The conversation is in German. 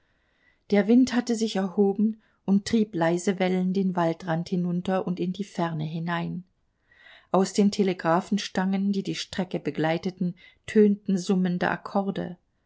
der wind hatte sich erhoben und trieb leise wellen den waldrand hinunter und in die ferne hinein aus den telegraphenstangen die die strecke begleiteten tönten summende akkorde